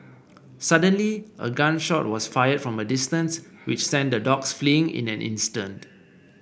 suddenly a gun shot was fired from a distance which sent the dogs fleeing in an instant